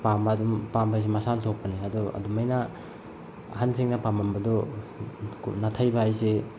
ꯄꯥꯝꯕ ꯑꯗꯨꯝ ꯄꯥꯝꯕ ꯍꯥꯏꯁꯤ ꯃꯁꯥꯅ ꯊꯣꯛꯄꯅꯤ ꯑꯗꯣ ꯑꯗꯨꯃꯥꯏꯅ ꯑꯍꯜꯁꯤꯡꯅ ꯄꯥꯝꯃꯝꯕꯗꯨ ꯅꯥꯊꯩꯕ ꯍꯥꯏꯁꯤ